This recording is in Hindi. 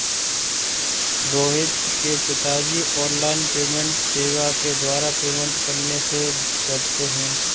रोहित के पिताजी ऑनलाइन पेमेंट सेवा के द्वारा पेमेंट करने से डरते हैं